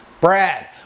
Brad